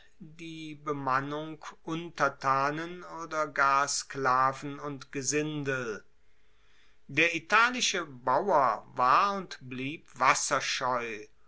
die bemannung untertanen oder gar sklaven und gesindel der italische bauer war und blieb wasserscheu